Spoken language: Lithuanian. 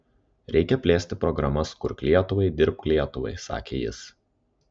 reikia plėsti programas kurk lietuvai dirbk lietuvai sakė jis